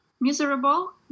miserable